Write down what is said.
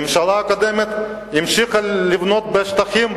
הממשלה הקודמת המשיכה לבנות בשטחים,